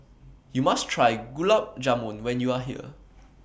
YOU must Try Gulab Jamun when YOU Are here